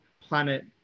planet